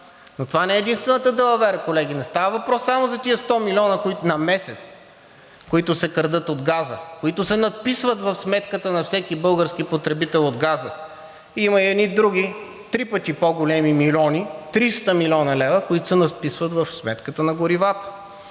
Но това не е единствената далавера, колеги, не става въпрос само за тези 100 милиона на месец, които се крадат от газа, които се надписват в сметката на всеки български потребител на газ. Има и едни други – три пъти по-големи милиони, 300 милиона лв., които се надписват в сметката на горивата.